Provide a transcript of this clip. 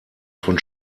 von